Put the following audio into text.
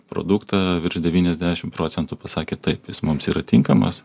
produktą virš devyniasdešim procentų pasakė taip jis mums yra tinkamas